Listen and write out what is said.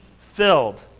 filled